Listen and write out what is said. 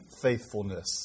faithfulness